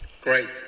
Great